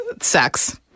sex